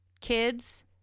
kids